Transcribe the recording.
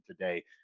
today